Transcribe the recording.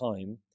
time